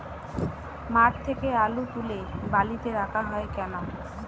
মাঠ থেকে আলু তুলে বালিতে রাখা হয় কেন?